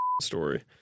story